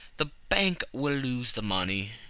the bank will lose the money.